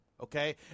Okay